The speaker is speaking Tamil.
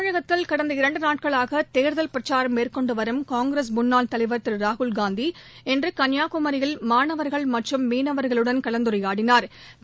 தமிழகத்தில் கடந்த இரண்டுநாட்காளாகதேர்தல் பிரச்சாரம் மேற்கொண்டுவரும் காங்கிரஸ் முன்னாள் தலைவா் திருராகுல்காந்தி இன்றுகன்னியாகுமியில் மாணவா்கள் மற்றும் மீனவா்களுடன் கலந்துரையாடினாா்